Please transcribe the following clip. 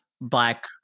Black